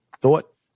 Thought